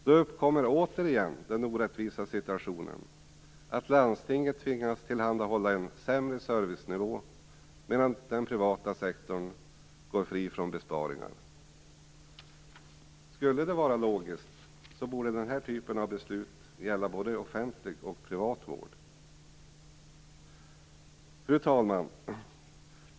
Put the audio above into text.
Då uppkommer återigen den orättvisa situationen att landstinget tvingas hålla en sämre servicenivå medan den privata sektorn går fri från besparingar. Logiskt sett borde den här typen av beslut gälla både offentlig och privat vård. Fru talman!